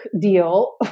deal